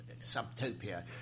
subtopia